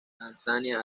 tanzania